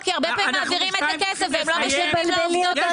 בלי שאלות.